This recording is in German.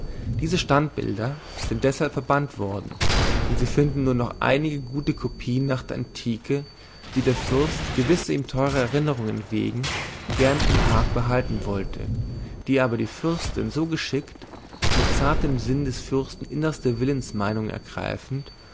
diese standbilder sind deshalb verbannt worden und sie finden nur noch einige gute kopien nach der antike die der fürst gewisser ihm teurer erinnerungen wegen gern im park behalten wollte die aber die fürstin so geschickt mit zartem sinn des fürsten innerste willensmeinung ergreifend